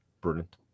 Brilliant